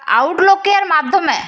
আউটলুকের মাধ্যমে